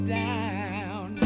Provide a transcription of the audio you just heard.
down